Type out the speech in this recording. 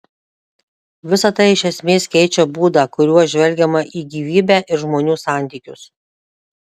visa tai iš esmės keičia būdą kuriuo žvelgiama į gyvybę ir žmonių santykius